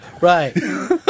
Right